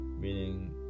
meaning